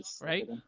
right